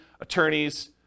attorneys